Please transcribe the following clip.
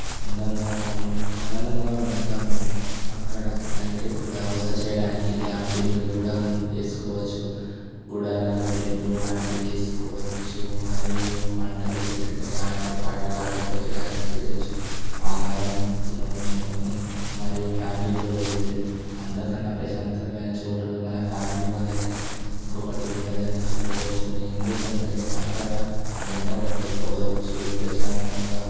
అందంగా ఆనందంగా ఉంటాము అక్కడ నైట్ పూట వస చేయడానికి క్యాంపింగ్ కూడా వేసుకోవచ్చు గుడారాలు టెంట్లు లాంటివి వేసుకోవచ్చు మరియు మంటలు పెట్టుకుని ఆటపాటలు ఆడుకోవచ్చు డాన్స్ చేయచ్చు ఆహారం తినవచ్చు ఇంకా మరియు ఫ్యామిలీతో వెళితే అంతకన్నా ప్రశాంతమైన చోటు మన ఫ్యామిలీ వాళ్ళకు ఇంకొకటి ఉండదని చెప్పవచ్చు ఎందుకంటే అక్కడ వంట వండుకోవచ్చు ప్రశాంతంగా